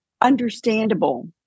understandable